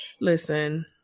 Listen